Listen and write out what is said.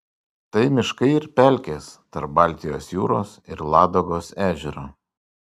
tai miškai ir pelkės tarp baltijos jūros ir ladogos ežero